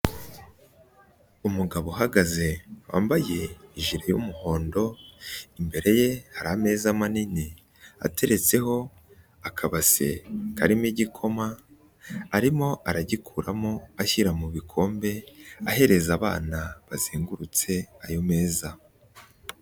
Umugabo uhagaze wambaye ijiri y'umuhondo, imbere ye hari ameza manini ateretseho akabase karimo igikoma arimo aragikuramo ashyira mu bikombe ahereza abana bazengurutse ayo meza.